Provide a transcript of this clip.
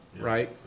right